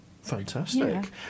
Fantastic